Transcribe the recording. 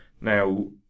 Now